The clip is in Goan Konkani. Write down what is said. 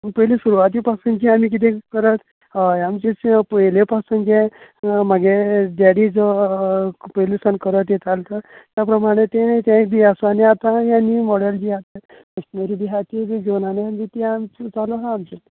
पूण पयलीं सुरवाती पासून जे आमी कितें करत हय आमचें तें आसा पयले पासुन जे पासून जें म्हागेल डेडी जो पयली सान करत येतालो तो त्या प्रमाणे तेंय बी आसा आनी आतां हे नीव मोडल जें आसा मश्नरी बी हा ती बी घेवून आमी चालूं हा आमचें